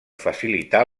facilitar